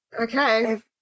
Okay